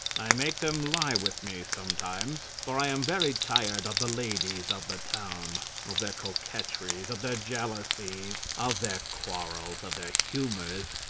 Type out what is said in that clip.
i make them lie with me sometimes, for i am very tired of the ladies of the town, of their coquetries, of their jealousies, of their quarrels, of their humours,